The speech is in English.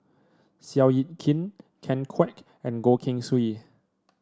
Seow Yit Kin Ken Kwek and Goh Keng Swee